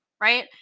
right